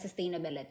sustainability